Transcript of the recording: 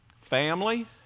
Family